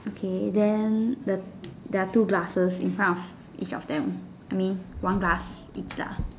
okay then there are two glasses in front of each of them I mean one glass each lah